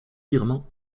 purement